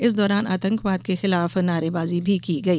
इस दौरान आतंकवाद के खिलाफ नारेबाजी भी की गई